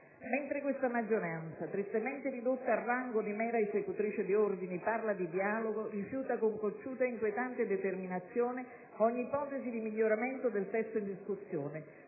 Mentre questa maggioranza - tristemente ridotta al rango di mera esecutrice di ordini - parla di dialogo, rifiuta con cocciuta e inquietante determinazione ogni ipotesi di miglioramento del testo in discussione,